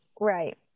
right